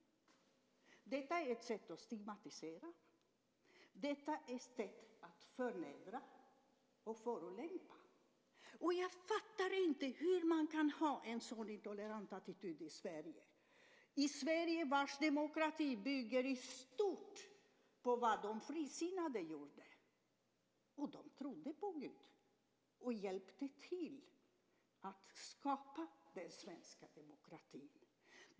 Detta är ett sätt att stigmatisera. Detta är ett sätt att förnedra och förolämpa. Jag fattar inte hur man kan ha en så intolerant attityd i Sverige, vars demokrati i stort bygger på vad de frisinnade gjort. De trodde på Gud och hjälpte till med att skapa den svenska demokratin.